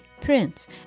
prince